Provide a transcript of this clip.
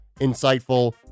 insightful